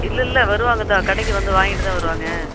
இல்லைல்ல வருவாங்க தான் கடைக்கு வந்து வாங்கிகிட்டு தான் வருவாங்க